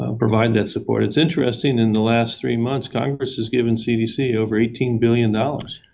ah provide that support. it's interesting in the last three months congress has given cdc over eighteen billion dollars.